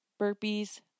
burpees